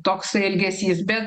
toksai elgesys bet